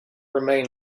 remain